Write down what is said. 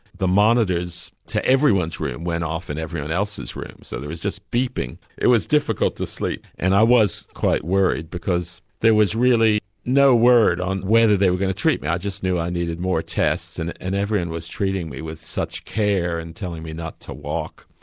the monitors to everyone's room went off in everyone else's room so there was just beeping. it was difficult to sleep and i was quite worried because there was really no word on whether they were going to treat me, i just knew i needed more tests and and everyone was treating me with such care, and telling me not to walk.